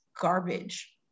garbage